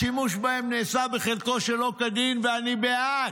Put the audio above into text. השימוש בהן נעשה בחלקו שלא כדין, ואני בעד,